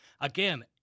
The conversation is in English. Again